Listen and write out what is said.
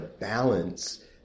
balance